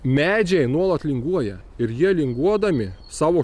medžiai nuolat linguoja ir jie linguodami savo